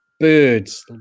birds